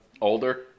older